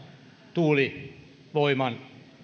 tuulivoiman